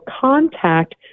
contact